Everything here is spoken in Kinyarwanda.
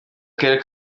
akarere